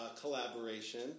collaboration